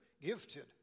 gifted